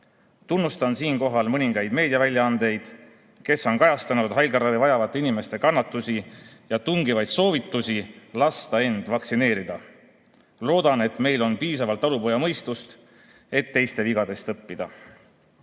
Tunnustan siinkohal mõningaid meediaväljaandeid, kes on kajastanud haiglaravi vajavate inimeste kannatusi ja tungivaid soovitusi lasta end vaktsineerida. Loodan, et meil on piisavalt talupojamõistust, et teiste vigadest